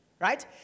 right